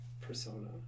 persona